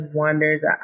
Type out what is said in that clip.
wonders